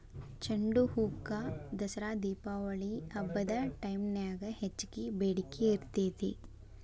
ಚಂಡುಹೂಕ ದಸರಾ ದೇಪಾವಳಿ ಹಬ್ಬದ ಟೈಮ್ನ್ಯಾಗ ಹೆಚ್ಚಗಿ ಬೇಡಿಕಿ ಇರ್ತೇತಿ